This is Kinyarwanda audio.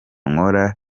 nkora